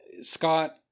Scott